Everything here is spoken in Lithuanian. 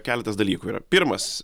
keletas dalykų yra pirmas